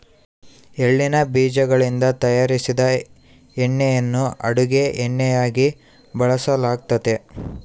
ಎಳ್ಳಿನ ಬೀಜಗಳಿಂದ ತಯಾರಿಸಿದ ಎಣ್ಣೆಯನ್ನು ಅಡುಗೆ ಎಣ್ಣೆಯಾಗಿ ಬಳಸಲಾಗ್ತತೆ